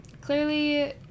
clearly